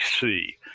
see